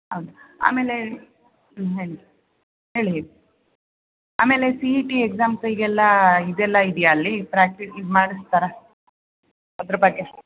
ಹೌದು ಆಮೇಲೆ ಹೇಳಿ ಹೇಳಿ ಹೇಳಿ ಆಮೇಲೆ ಸಿ ಇ ಟಿ ಎಕ್ಸಾಮ್ಸಿಗೆಲ್ಲ ಇದೆಲ್ಲ ಇದೆಯಾ ಅಲ್ಲಿ ಪ್ರಾಕ್ಟೀಸ್ ಇದು ಮಾಡಿಸ್ತಾರಾ ಅದರ ಬಗ್ಗೆ